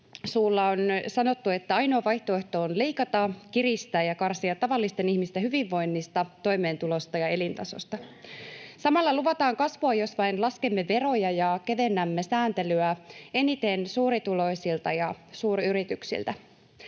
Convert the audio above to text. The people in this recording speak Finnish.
suulla on sanottu, että ainoa vaihtoehto on leikata, kiristää ja karsia tavallisten ihmisten hyvinvoinnista, toimeentulosta ja elintasosta. Samalla luvataan kasvua, jos vain laskemme veroja ja kevennämme sääntelyä eniten suurituloisilta ja suuryrityksiltä.